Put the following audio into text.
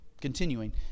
continuing